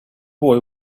boy